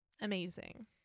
Amazing